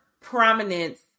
prominence